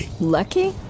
Lucky